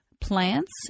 plants